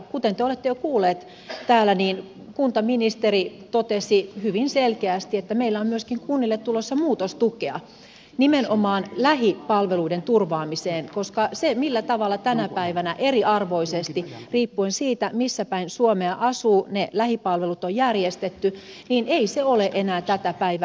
kuten te olette jo kuulleet täällä niin kuntaministeri totesi hyvin selkeästi että meillä on myöskin kunnille tulossa muutostukea nimenomaan lähipalveluiden turvaamiseen koska se millä tavalla tänä päivänä eriarvoisesti riippuen siitä missä päin suomea asuu ne lähipalvelut on järjestetty ei ole enää tätä päivää